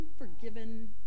unforgiven